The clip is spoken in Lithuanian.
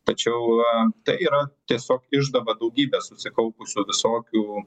tačiau a tai yra tiesiog išdava daugybės susikaupusių visokių